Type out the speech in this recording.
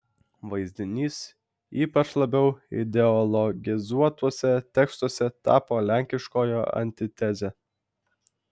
vaizdinys ypač labiau ideologizuotuose tekstuose tapo lenkiškojo antiteze